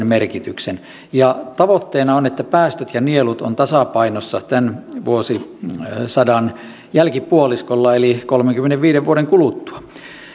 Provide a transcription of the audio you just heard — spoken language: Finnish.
merkityksen tavoitteena on että päästöt ja nielut ovat tasapainossa tämän vuosisadan jälkipuoliskolla eli kolmenkymmenenviiden vuoden kuluttua